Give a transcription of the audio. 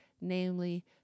namely